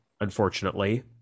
unfortunately